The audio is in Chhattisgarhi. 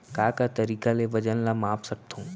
का का तरीक़ा ले वजन ला माप सकथो?